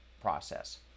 process